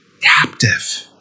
captive